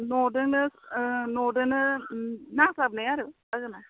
न' दोनो न' दोनो नांजाबनाय आरो बागाना